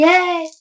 Yay